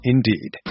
Indeed